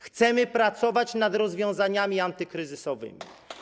Chcemy pracować nad rozwiązaniami antykryzysowymi.